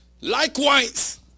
Likewise